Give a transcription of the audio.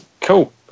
cool